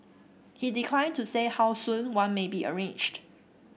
he declined to say how soon one may be arranged